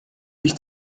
nicht